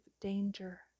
danger